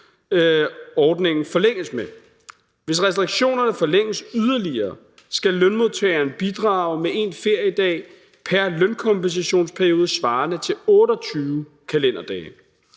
Hvis restriktionerne forlænges yderligere, skal lønmodtageren bidrage med 1 feriedag pr. lønkompensationsperiode svarende til 28 kalenderdage.